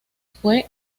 fue